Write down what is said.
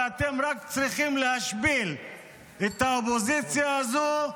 ואתם רק צריכים להשפיל את האופוזיציה הזאת,